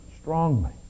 strongly